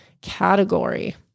category